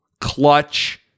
Clutch